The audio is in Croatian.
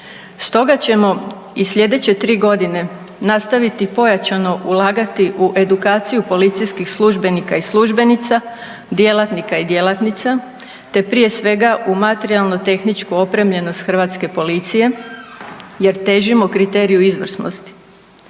Stoga ćemo i slijedeće 3.g. nastaviti pojačano ulagati u edukaciju policijskih službenika i službenica, djelatnika i djelatnica, te prije svega u materijalno tehničku opremljenost hrvatske policije jer težimo kriteriju izvrsnosti.